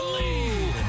lead